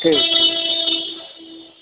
ठीकु